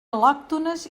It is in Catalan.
al·lòctones